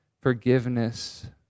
forgiveness